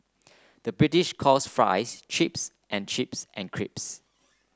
the British calls fries chips and chips and crisps